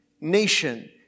nation